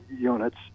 units